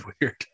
weird